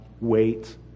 wait